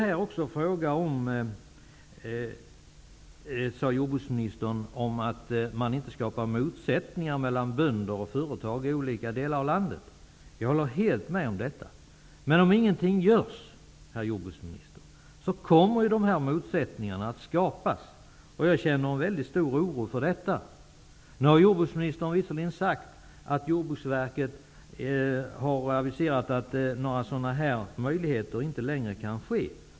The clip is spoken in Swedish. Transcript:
Jordbruksministern sade att det här också är fråga om att inte skapa motsättningar mellan bönder och företag i olika delar av landet. Jag håller helt med om detta. Men om ingenting görs, herr jordbruksminister, kommer dessa motsättningar att skapas, och jag känner en stor oro över detta. Nu har jordbruksministern visserligen sagt att Jordbruksverket har aviserat att några sådana möjligheter inte längre finns.